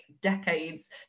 decades